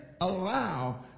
allow